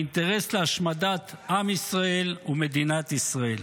האינטרס להשמדת עם ישראל ומדינת ישראל.